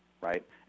right